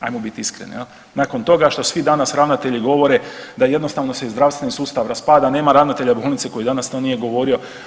Hajmo bit iskreni, nakon toga što danas svi ravnatelji govore da jednostavno se zdravstveni sustav raspada, nema ravnatelja bolnice koji danas to nije govorio.